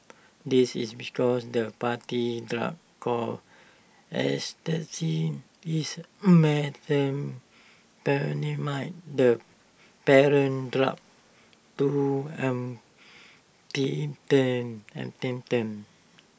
this is because the party drug called ecstasy is methamphetamine the parent drug to